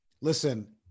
Listen